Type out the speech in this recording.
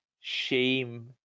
shame